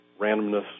randomness